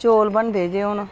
चौल बनदे जे हून